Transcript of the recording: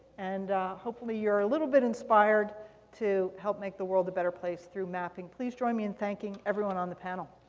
and hopefully, you're a little bit inspired to help make the world a better place through mapping. please join me in thanking everyone on the panel.